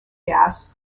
gas